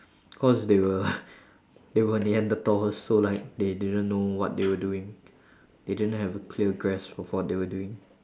cause they were they were neantherdals so like they didn't know what they were doing they didn't have a clear grasp of what they were doing